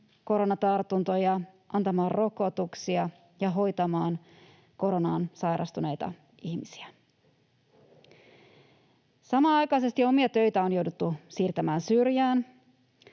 koronatartuntoja, antamaan rokotuksia ja hoitamaan koronaan sairastuneita ihmisiä. Samanaikaisesti omia töitä on jouduttu siirtämään syrjään